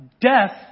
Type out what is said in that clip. death